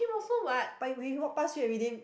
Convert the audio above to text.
but we we walk past you everyday